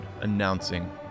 announcing